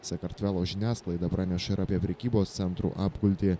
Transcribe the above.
sakartvelo žiniasklaida praneša ir apie prekybos centrų apgultį